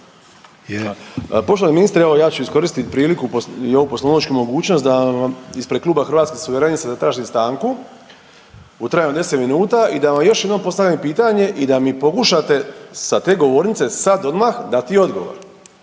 Poštovani ministre evo ja ću iskoristiti priliku i ovu poslovničku mogućnost da vam ispred Kluba Hrvatskih suverenista zatražim stanku u trajanju od 10 minuta i da vam još jednom postavim pitanje i da mi pokušate sa te govornice sada odmah dati odgovor.